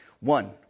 One